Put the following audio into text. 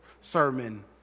sermon